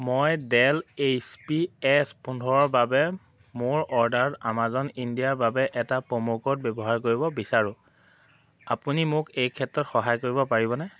মই Dell H S পোন্ধৰৰ বাবে মোৰ অৰ্ডাৰত আমাজন ইণ্ডিয়াৰ বাবে এটা প্ৰম' কোড ব্যৱহাৰ কৰিব বিচাৰোঁ আপুনি মোক এই ক্ষেত্ৰত সহায় কৰিব পাৰিবনে